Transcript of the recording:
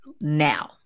now